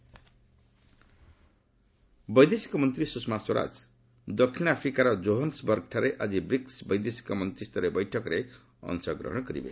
Sushma BRICS ବୈଦେଶିକ ମନ୍ତ୍ରୀ ସୁଷମା ସ୍ୱରାଜ ଦକ୍ଷିଣ ଆଫ୍ରିକାର ଜୋହାନ୍ଦବର୍ଗଠାରେ ଆକି ବ୍ରିକ୍ସ ବୈଦେଶିକ ମନ୍ତ୍ରିସ୍ତରୀୟ ବୈଠକରେ ଅଂଶଗ୍ରହଣ କରିବେ